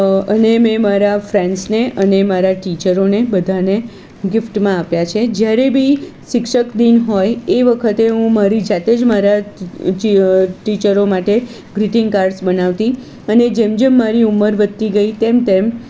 અને મેં મારા ફ્રેન્ડ્સને અને મારા ટીચરોને બધાને ગિફ્ટમાં આપ્યા છે જ્યારે બી શિક્ષક દિન હોય એ વખતે હું મારી જાતે જ મારા ટીચરો માટે ગ્રીટિંગ કાર્ડ્સ બનાવતી અને જેમ જેમ મારી ઉંમર વધતી ગઈ તેમ તેમ